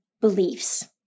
beliefs